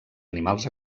animals